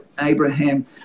Abraham